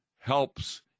helps